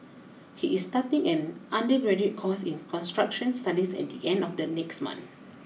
he is starting an undergraduate course in construction studies at the end of the next month